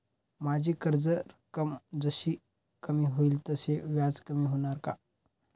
माझी कर्ज रक्कम जशी कमी होईल तसे व्याज कमी होणार का?